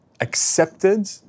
accepted